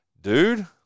Dude